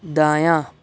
دایاں